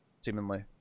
seemingly